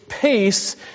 peace